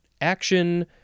action